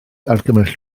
argymell